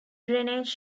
drainage